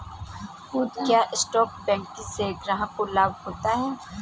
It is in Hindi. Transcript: क्या स्टॉक ब्रोकिंग से ग्राहक को लाभ होता है?